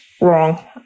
wrong